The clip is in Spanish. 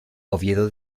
oviedo